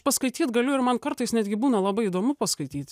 paskaityt galiu ir man kartais netgi būna labai įdomu paskaityti